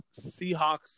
Seahawks